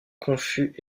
confus